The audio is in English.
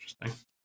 Interesting